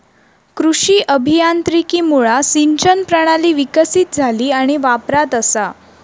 कृषी अभियांत्रिकीमुळा सिंचन प्रणाली विकसीत झाली आणि वापरात असा